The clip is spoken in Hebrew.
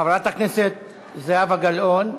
חברת הכנסת זהבה גלאון.